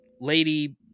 lady